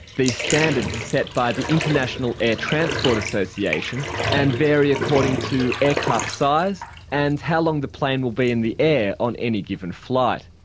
these standards are set by the international air transport association and vary according to aircraft size and how long the plane will be in the air on any given flight.